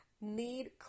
need